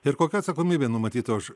ir kokia atsakomybė numatyta už